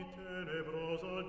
tenebroso